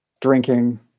drinking